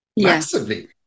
Massively